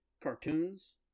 cartoons